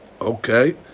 Okay